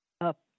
up